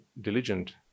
diligent